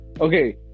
okay